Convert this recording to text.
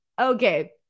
Okay